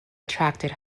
attracted